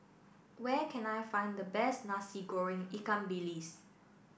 where can I find the best Nasi Goreng Ikan Bilis